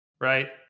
right